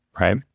right